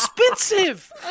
expensive